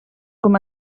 com